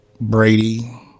Brady